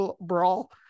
brawl